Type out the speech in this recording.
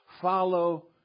Follow